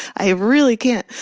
i really can't.